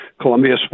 Columbia